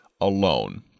alone